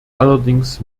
allerdings